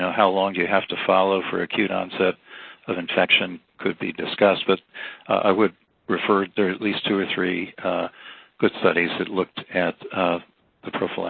how long do you have to follow for acute onset of infection could be discussed, but i would refer. there at least two or three good studies that looked at the